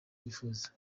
wifuza